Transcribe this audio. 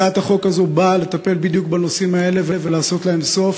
הצעת החוק הזאת באה לטפל בדיוק בנושאים האלה ולשים להם סוף.